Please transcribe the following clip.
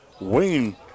Wayne